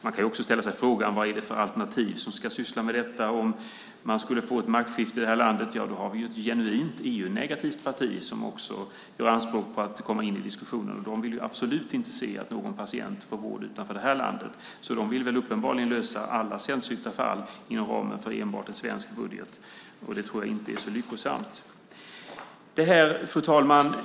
Man kan också ställa sig frågan vad det är för alternativ som ska syssla med detta om man skulle få ett maktskifte här i landet. Då har vi ett genuint EU-negativt parti som också gör anspråk på att komma in i diskussionen. De vill absolut inte se att någon patient får vård utanför det här landet. De vill uppenbarligen lösa alla sällsynta fall inom ramen för enbart en svensk budget. Det tror jag inte är så lyckosamt. Fru talman!